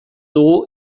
dugu